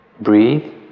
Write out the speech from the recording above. Breathe